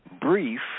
brief